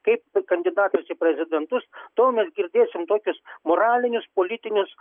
kaip kandidatas į prezidentus tol mes girdėsim tokius moralinius politinius